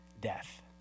death